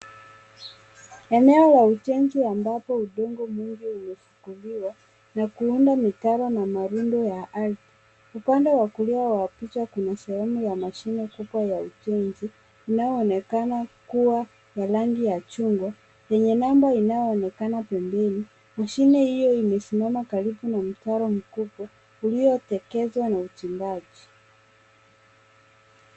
Eneo la ujenzi ambapo udongo mingi ume funguliwa na kuunda mitaro na marundo ya ardhi. Upande wa kulia wa picha kuna sehemu ya mashine kubwa ya ujenzi inayo onekana kuwa na rangi ya chungwa enye nambo inayo onekana pembeni mashine iyo imesimama karibu na mtaro mkubwa uliyotekezwa na uchimbaji.